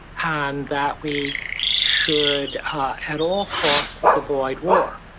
and that we should at all costs avoid war.